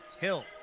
Hill